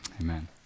Amen